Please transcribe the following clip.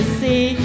see